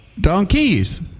Donkeys